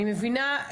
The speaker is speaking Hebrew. אני מבינה,